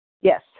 Yes